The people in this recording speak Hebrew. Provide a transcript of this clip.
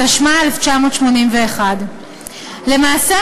התשמ"א 1981. למעשה,